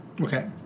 Okay